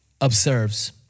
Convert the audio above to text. observes